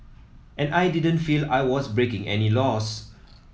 and I didn't feel I was breaking any laws